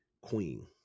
Queen